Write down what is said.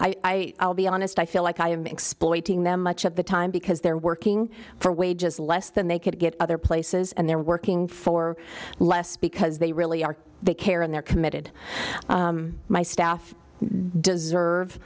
would be honest i feel like i am exploiting them much of the time because they're working for wages less than they could get other places and they're working for less because they really are they care and they're committed my staff deserve